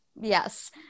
Yes